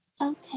Okay